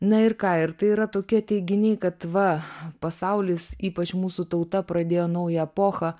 na ir ką ir tai yra tokie teiginiai kad va pasaulis ypač mūsų tauta pradėjo naują epochą